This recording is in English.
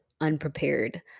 unprepared